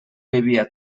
vivia